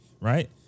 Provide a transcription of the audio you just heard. right